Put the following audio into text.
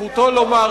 אסור לו,